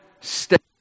step